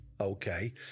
okay